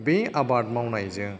बे आबाद मावनायजों